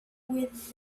with